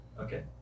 okay